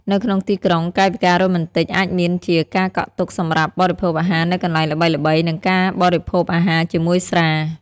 នៅក្នុងទីក្រុង កាយវិការរ៉ូមែនទិកអាចមានជា ការកក់ទុកសម្រាប់បរិភោគអាហារនៅកន្លែងល្បីៗ និងការបរិភោពអាហារជាមួយស្រា។